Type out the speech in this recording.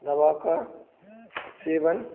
दवा का सेवन